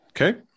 Okay